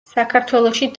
საქართველოში